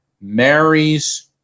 marries